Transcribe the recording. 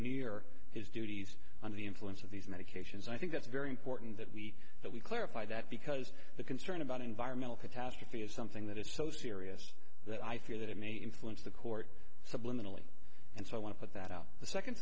near his duties on the influence of these medications i think that's very important that we that we clarify that because the concern about environmental catastrophe is something that is so serious that i fear that it may influence the court subliminally and so i want to put that out the second